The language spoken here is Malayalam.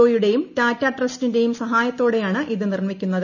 ഒയുടെയും ടാറ്റ ട്രസ്റ്റിന്റെയും സഹായത്തോടെയാണ് ഇത് നിർമിക്കുന്നത്